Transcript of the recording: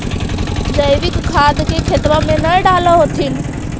जैवीक खाद के खेतबा मे न डाल होथिं?